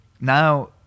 now